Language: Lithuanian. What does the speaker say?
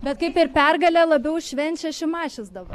bet kaip ir pergalę labiau švenčia šimašius dabar